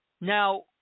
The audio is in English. Now